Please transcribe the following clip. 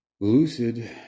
lucid